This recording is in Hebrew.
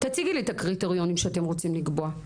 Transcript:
תציגי לי את הקריטריונים שאתם רוצים לקבוע.